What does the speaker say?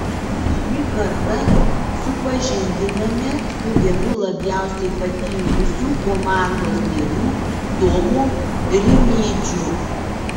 šį kartą supažindiname su vienu labiausiai patyrusių komandos narių tomu rimydžiu